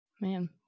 Man